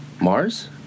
Mars